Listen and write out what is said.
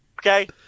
Okay